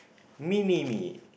mini me